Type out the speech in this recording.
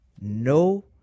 no